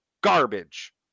garbage